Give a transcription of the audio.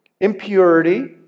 impurity